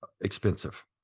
expensive